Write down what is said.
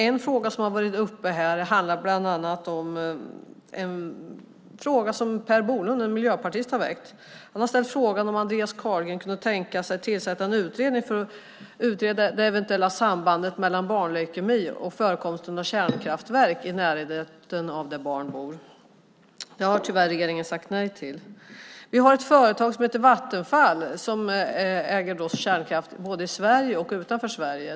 En fråga som har varit uppe här handlar bland annat om en fråga som Per Bolund, en miljöpartist, har väckt. Han har ställt frågan om Andreas Carlgren kan tänka sig att tillsätta en utredning för att utreda det eventuella sambandet mellan barnleukemi och förekomsten av kärnkraftverk i närheten av barns bostäder. Det har tyvärr regeringen sagt nej till. Vi har ett företag som heter Vattenfall som äger kärnkraft både i och utanför Sverige.